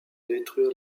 détruire